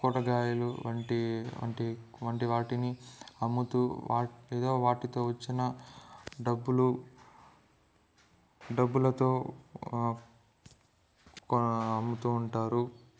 కూరగాయలు వంటి వంటి వంటి వాటిని అమ్ముతూ వాటి వాటితో వచ్చిన డబ్బులు డబ్బులతో కో అమ్ముతూ ఉంటారు